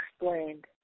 explained